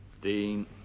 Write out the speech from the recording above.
Dean